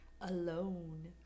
alone